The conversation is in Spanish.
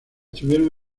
tuvieron